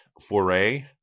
foray